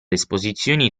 esposizioni